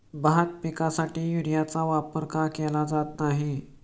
भात पिकासाठी युरियाचा वापर का केला जात नाही?